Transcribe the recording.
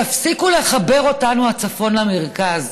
תפסיקו לחבר אותנו, הצפון, למרכז,